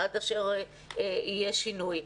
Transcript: עד אשר יהיה שינוי.